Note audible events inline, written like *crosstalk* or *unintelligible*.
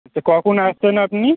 *unintelligible* কখন আসছেন আপনি